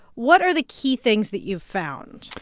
what are the key things that you've found?